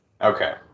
Okay